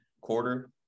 quarter